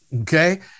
Okay